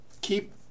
keep